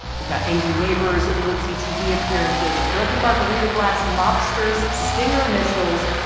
we've got angry neighbors, glitzy tv appearances, a broken margarita glass, mobsters, stinger missiles,